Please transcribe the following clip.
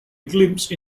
glimpse